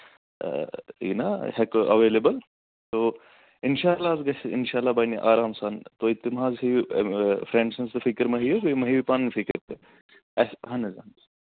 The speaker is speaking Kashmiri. یہِ نہ ہٮ۪کو اٮ۪ویلیبٔل تو اِنشاء اللہ حظ گژھِ اِنشاء اللہ بَنہِ آرام سان تُہۍ تہِ مَہ حظ ہیٚیِو فرٛٮ۪نٛڈ سٕنٛز تہٕ فِکِر مَہ ہیٚیِو بیٚیہِ مَہ ہیٚیِو پَنٕنۍ فِکِر تہِ اَسہِ اَہن حظ اَہن حظ